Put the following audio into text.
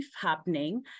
happening